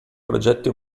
progetti